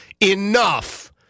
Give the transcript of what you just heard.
enough